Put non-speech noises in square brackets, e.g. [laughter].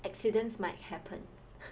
accidents might happen [laughs]